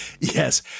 Yes